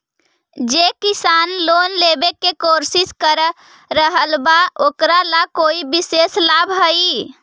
जे किसान लोन लेवे के कोशिश कर रहल बा ओकरा ला कोई विशेष लाभ हई?